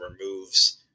removes